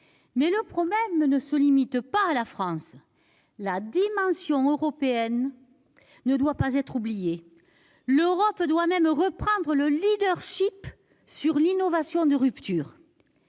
Le problème ne se limite toutefois pas à la France. La dimension européenne ne doit pas être oubliée. L'Union européenne doit même reprendre le leadership sur l'innovation de rupture.